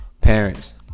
parents